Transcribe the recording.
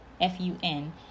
f-u-n